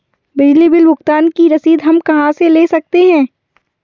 बिजली बिल भुगतान की रसीद हम कहां से ले सकते हैं?